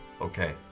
Okay